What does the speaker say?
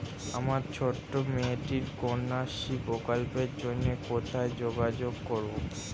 আমার ছোট্ট মেয়েটির কন্যাশ্রী প্রকল্পের জন্য কোথায় যোগাযোগ করব?